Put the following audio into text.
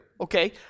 Okay